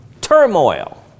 turmoil